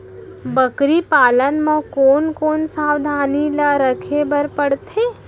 बकरी पालन म कोन कोन सावधानी ल रखे बर पढ़थे?